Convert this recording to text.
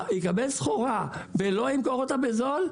יקבל סחורה ולא ימכור אותה בזול,